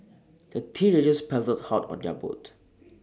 the teenagers paddled hard on their boat